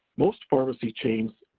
most pharmacy chains,